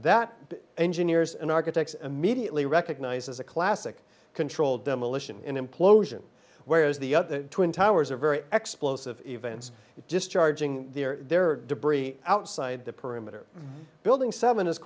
the engineers and architects immediately recognized as a classic controlled demolition implosion whereas the other twin towers are very explosive events just charging there are debris outside the perimeter building seven is